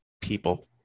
people